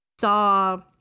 saw